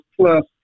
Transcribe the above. plus